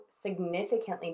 significantly